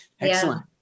Excellent